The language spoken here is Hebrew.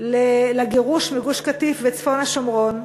לגירוש מגוש-קטיף וצפון השומרון,